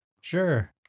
Sure